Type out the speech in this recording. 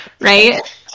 right